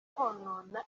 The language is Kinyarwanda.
konona